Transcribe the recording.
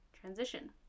transition